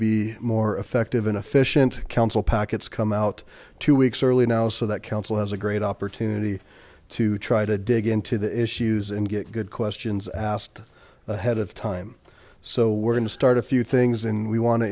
be more effective and efficient council packets come out two weeks early now so that council has a great opportunity to try to dig into the issues and get good questions asked ahead of time so we're going to start a few things and we want to